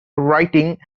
writing